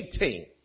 18